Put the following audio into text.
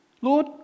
Lord